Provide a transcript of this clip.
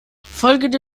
folgende